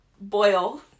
Boil